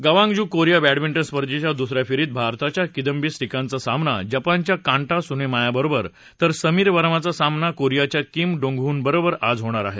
Gwangju Korea badminton स्पर्धेच्या दुसऱ्या फेरीत भारताच्या किंदबी श्रीकांतचा सामना जपानच्या कांटा सुनेमायाबरोबर तर समीर वर्माचा सामना कोरियाच्या किम डोंगहूनबरोबर आज होणार आहे